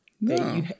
No